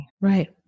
Right